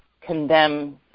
condemn